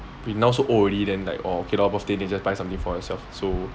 we now so old already then like orh okay lor birthday then just buy something for yourself so